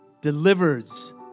delivers